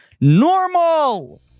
Normal